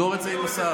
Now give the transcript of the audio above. סגור את זה עם השר.